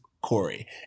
Corey